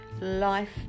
life